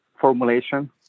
formulation